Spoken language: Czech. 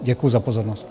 Děkuju za pozornost.